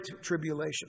tribulation